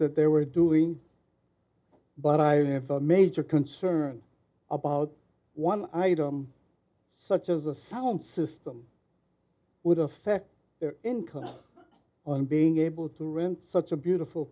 that they were doing but i have a major concern about one item such as a sound system would affect the income on being able to rent such a beautiful